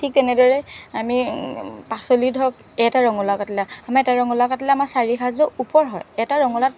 ঠিক তেনেদৰে আমি পাচলি ধৰক এটা ৰঙলাও কাটিলে আমাৰ এটা ৰঙলাও কাটিলে আমাৰ চাৰি সাঁজৰ ওপৰ হয় এটা ৰঙলাওত